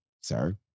sir